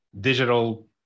digital